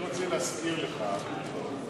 אני רוצה להזכיר לך שאתם,